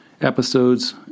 episodes